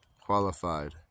qualified